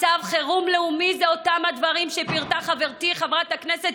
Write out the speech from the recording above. מצב חירום לאומי זה אותם הדברים שפירטה חברתי חברת הכנסת